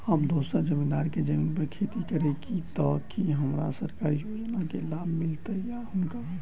हम दोसर जमींदार केँ जमीन पर खेती करै छी तऽ की हमरा सरकारी योजना केँ लाभ मीलतय या हुनका?